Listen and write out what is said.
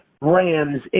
Rams